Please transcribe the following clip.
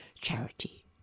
charity